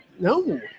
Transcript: No